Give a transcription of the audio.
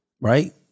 Right